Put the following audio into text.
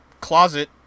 closet